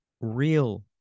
real